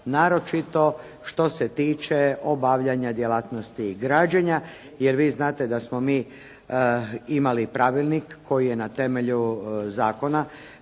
naročito što se tiče obavljanja djelatnosti građenja, jer vi znate da smo mi imali Pravilnik koji je na temelju zakona,